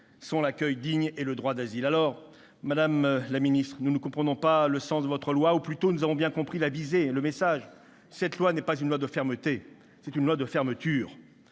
l'accueil digne et le droit d'asile. Alors, madame la ministre, nous ne comprenons pas le sens de votre loi, ou plutôt nous en avons bien compris la visée, le message. Cette loi n'est pas une loi de fermeté, c'est une loi de fermeture